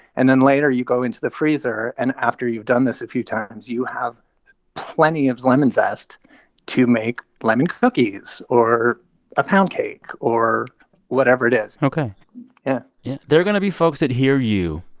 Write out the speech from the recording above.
and then later, you go into the freezer. and after you've done this a few times, you have plenty of lemon zest to make lemon cookies or a pound cake or whatever it ok yeah yeah there are going to be folks that hear you,